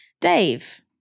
Dave